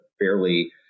fairly